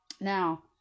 now